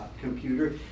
computer